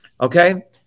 Okay